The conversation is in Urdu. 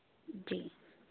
جی